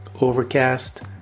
Overcast